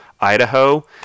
Idaho